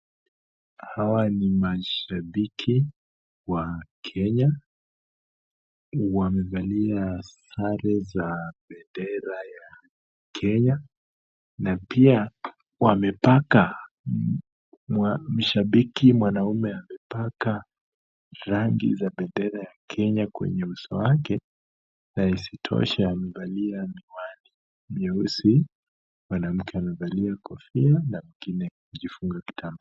Hawa ni mashabiki wa kenya, wamevalia sare za bendera ya kenya, na pia wamepaka, shabiki mwanaume amepaka rangi za bendera ya Kenya kwenye uso wake na isitoshe amevalia miwani mieusi, mwanamke amevalia kofia na mwingine amejifunga kitambaa.